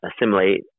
assimilate